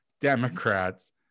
Democrats